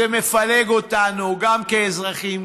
זה מפלג אותנו גם כאזרחים,